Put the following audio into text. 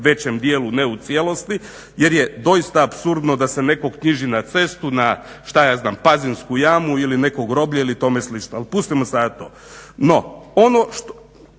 većem dijelu, ne u cijelosti, jer je doista apsurdno da se nekog knjiži na cestu na što ja znam Pazinsku jamu ili neko groblje ili tome slično. Ali, pustimo sada to. No, ono što